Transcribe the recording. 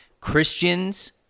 Christians